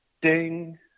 ding